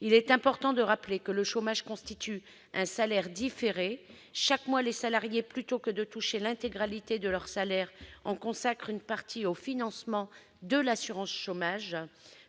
Il est important de rappeler que l'allocation chômage constitue un salaire différé. Chaque mois, les salariés, plutôt que de toucher l'intégralité de leur salaire, en consacrent une partie au financement de l'assurance chômage,